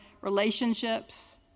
relationships